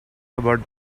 about